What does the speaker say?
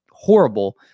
horrible